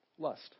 Lust